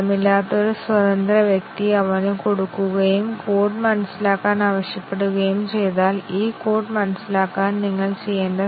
ഒരു സ്റ്റേറ്റ്മെന്റിന്റെ എക്സിക്യൂഷന് മറ്റ് നോഡിലേക്ക് കൺട്രോൾ കൈമാറാൻ കഴിയുമെങ്കിൽ ഞങ്ങൾ ഒരു നോഡിൽ നിന്ന് മറ്റൊന്നിലേക്ക് ഒരു എഡ്ജ് വരയ്ക്കുന്നു